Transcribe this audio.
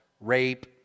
rape